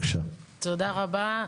תודה רבה.